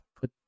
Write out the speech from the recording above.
put